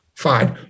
fine